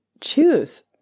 choose